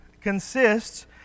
consists